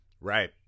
right